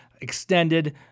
extended